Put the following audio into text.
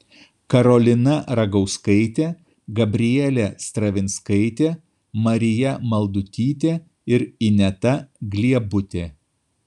karolina ragauskaitė gabrielė stravinskaitė marija maldutytė ir ineta gliebutė